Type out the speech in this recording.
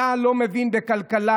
אתה לא מבין בכלכלה,